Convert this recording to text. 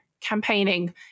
campaigning